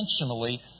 intentionally